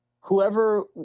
Whoever